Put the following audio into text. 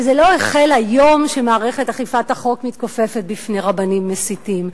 שזה לא החל היום -שמערכת אכיפת החוק מתכופפת בפני רבנים מסיתים.